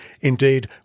Indeed